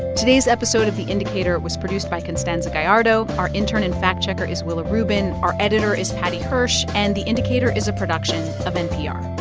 today's episode of the indicator was produced by constanza gallardo. our intern and fact-checker is willa rubin. our editor is paddy hirsch. and the indicator is a production of npr